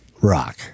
Rock